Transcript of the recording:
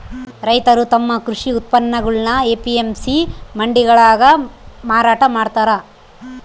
ರೈತರು ತಮ್ಮ ಕೃಷಿ ಉತ್ಪನ್ನಗುಳ್ನ ಎ.ಪಿ.ಎಂ.ಸಿ ಮಂಡಿಗಳಾಗ ಮಾರಾಟ ಮಾಡ್ತಾರ